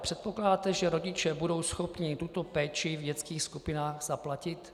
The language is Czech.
Předpokládáte, že rodiče budou schopni tuto péči v dětských skupinách zaplatit?